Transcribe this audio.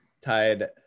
tied